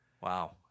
Wow